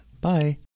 Bye